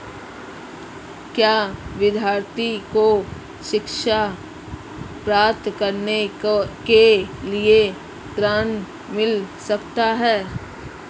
क्या विद्यार्थी को शिक्षा प्राप्त करने के लिए ऋण मिल सकता है?